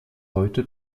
heute